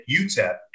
UTEP